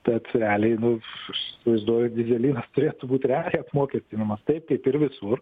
bet realiai nu aš įsivaizduoju dyzelinas turėtų būt realiai apmokestinamas taip kaip ir visur